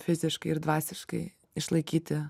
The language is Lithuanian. fiziškai ir dvasiškai išlaikyti